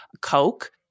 Coke